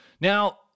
Now